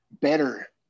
better